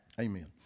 Amen